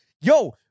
yo